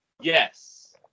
Yes